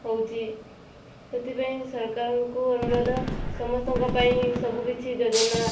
ହେଉଛି ସେଥିପାଇଁ ସରକାରଙ୍କୁ ଅନୁରୋଧ ସମସ୍ତଙ୍କ ପାଇଁ ସବୁ କିଛି ଯୋଜନା